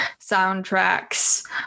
soundtracks